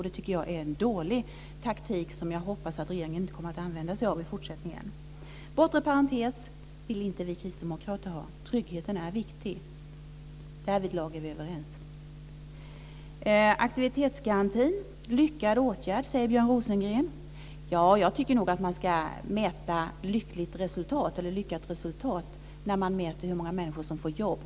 Det tycker jag är en dålig taktik som jag hoppas att regeringen inte kommer att använda sig av i fortsättningen. Vi kristdemokrater vill inte ha en bortre parentes. Tryggheten är viktig. Därvidlag är vi överens. Aktivitetsgarantin är en lyckad åtgärd, säger Björn Rosengren. Jag tycker nog att man ska mäta lyckat resultat i hur många människor som får jobb.